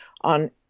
on